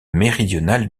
méridional